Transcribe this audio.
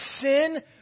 sin